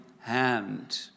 hand